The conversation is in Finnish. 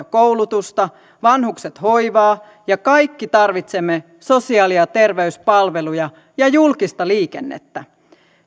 koulutusta vanhukset hoivaa ja kaikki tarvitsemme sosiaali ja terveyspalveluja ja julkista liikennettä